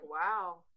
wow